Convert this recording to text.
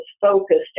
focused